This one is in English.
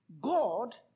God